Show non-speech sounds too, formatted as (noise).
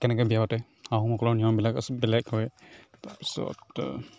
কেনেকে বিয়া পাতে আহোমসকলৰ নিয়মবিলাক (unintelligible) বেলেগ হয় তাৰ পিছত